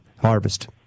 harvest